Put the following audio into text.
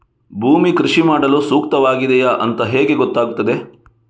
ಭೂಮಿ ಕೃಷಿ ಮಾಡಲು ಸೂಕ್ತವಾಗಿದೆಯಾ ಅಂತ ಹೇಗೆ ಗೊತ್ತಾಗುತ್ತದೆ?